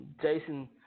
Jason